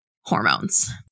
hormones